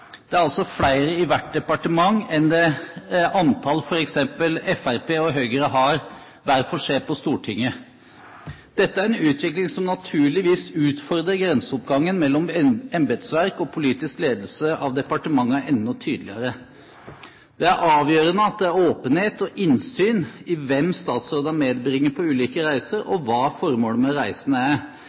Det er altså flere i hvert departement enn det antallet f. eks Fremskrittspartiet og Høyre har hver for seg på Stortinget. Dette er en utvikling som naturligvis utfordrer grenseoppgangen mellom embetsverk og politisk ledelse av departementene enda tydeligere. Det er avgjørende at det er åpenhet om og innsyn i hvem statsrådene medbringer på ulike reiser, og hva formålet med reisene er,